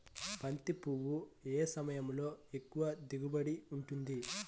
బంతి పువ్వు ఏ సమయంలో ఎక్కువ దిగుబడి ఉంటుంది?